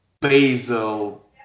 basil